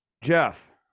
Jeff